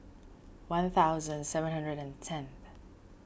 one thousand seven hundred and tenth